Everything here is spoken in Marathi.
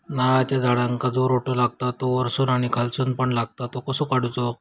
नारळाच्या झाडांका जो रोटो लागता तो वर्सून आणि खालसून पण लागता तो कसो काडूचो?